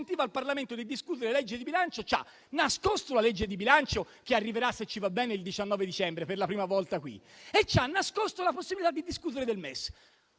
al Parlamento di discutere le leggi di bilancio, ci abbia nascosto la legge di bilancio che arriverà, se ci va bene, il 19 dicembre per la prima volta in Senato e ci abbia nascosto la possibilità di discutere del MES?